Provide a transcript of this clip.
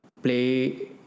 Play